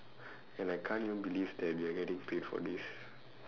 and I can't even believe we are getting paid for this